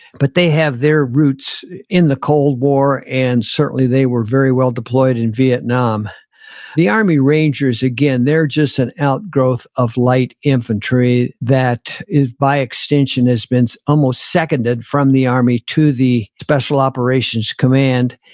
but they have their roots in the cold war and certainly they were very well deployed in vietnam the army rangers, again, they're just an outgrowth of light infantry that is by extension, has been almost seconded from the army to the special operations command,